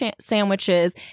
sandwiches